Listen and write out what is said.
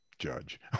Judge